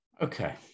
okay